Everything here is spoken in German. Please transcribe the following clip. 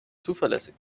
zuverlässig